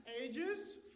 Ages